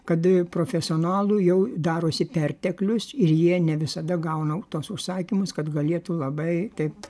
kad profesionalų jau darosi perteklius ir jie ne visada gauna tuos užsakymus kad galėtų labai taip